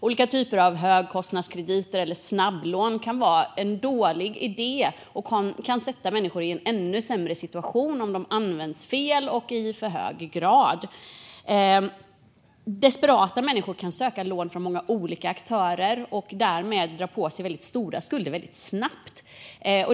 Olika typer av högkostnadskrediter eller snabblån kan vara en dålig idé och kan sätta människor i en ännu sämre situation om de används fel och i för hög grad. Desperata människor kan söka lån från många olika aktörer och därmed dra på sig väldigt stora skulder väldigt snabbt.